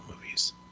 movies